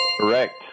Correct